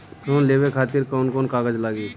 Loan लेवे खातिर कौन कौन कागज लागी?